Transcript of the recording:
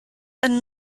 and